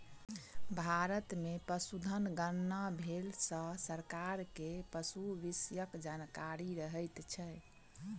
भारत मे पशुधन गणना भेला सॅ सरकार के पशु विषयक जानकारी रहैत छै